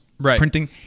printing